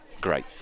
great